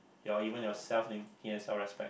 your even your self self respect